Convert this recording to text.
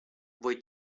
voi